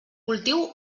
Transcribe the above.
cultiu